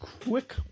quick